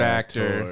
actor